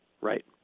Right